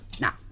Now